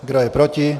Kdo je proti?